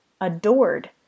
adored